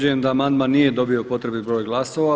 Amandman nije dobio potrebni broj glasova.